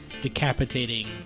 decapitating